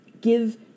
give